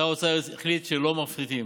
שר האוצר החליט שלא מפחיתים.